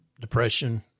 depression